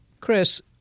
Chris